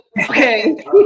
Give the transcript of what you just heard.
Okay